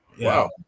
wow